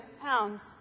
pounds